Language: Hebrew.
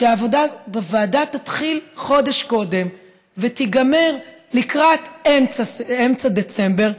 שהעבודה בוועדה תתחיל חודש קודם ותיגמר לקראת אמצע דצמבר,